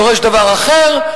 דורש דבר אחר,